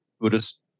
Buddhist